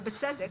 ובצדק,